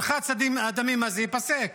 שמרחץ הדמים הזה ייפסק?